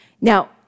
Now